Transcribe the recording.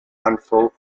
handful